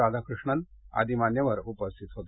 राधाकृष्णन आदी मान्यवर उपस्थित होते